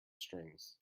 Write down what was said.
strings